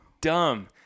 dumb